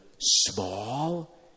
small